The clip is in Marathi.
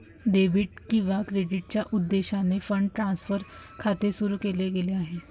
डेबिट किंवा क्रेडिटच्या उद्देशाने फंड ट्रान्सफर खाते सुरू केले गेले आहे